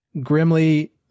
Grimly